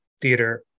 theater